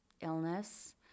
illness